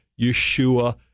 Yeshua